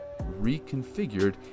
reconfigured